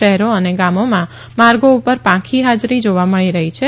શહેરો અને ગામોમાં માર્ગો ઉપર પાંખી હાજરી જોવા મળી રહી છે